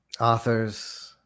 authors